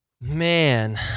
Man